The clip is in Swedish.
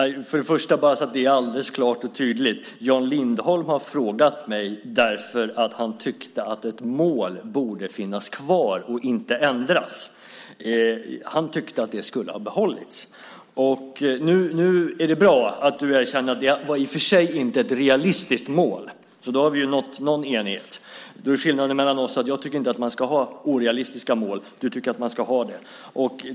Herr talman! För att det ska vara alldeles klart och tydligt ska jag säga att Jan Lindholm har ställt frågan därför att han tyckte att ett mål borde finnas kvar och inte ändras. Han tyckte att det skulle ha behållits. Nu är det bra att du erkänner att det i och för sig inte var ett realistiskt mål. Då har vi nått något slags enighet, och då är skillnaden mellan oss att jag tycker att man inte ska ha orealistiska mål, du tycker att man ska ha det.